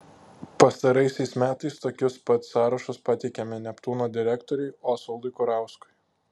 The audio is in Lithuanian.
pastaraisiais metais tokius pat sąrašus pateikiame neptūno direktoriui osvaldui kurauskui